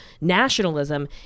nationalism